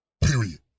Period